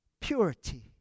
purity